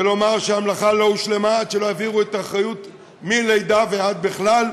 ולומר שהמלאכה לא הושלמה עד שלא יעבירו את האחריות מלידה ועד בכלל,